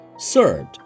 Third